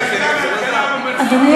אדוני